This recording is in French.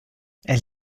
elle